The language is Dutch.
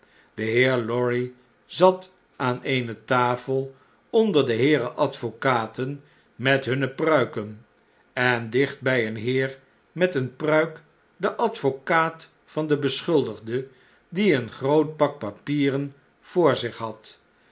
de heer lorry zat aan eene tafel onder de heeren advocaten met hunne pruiken en dicht bjj een heer met eene pruik den advocaat van den beschuldigde die een groot pak papieren voor zich had